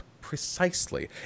precisely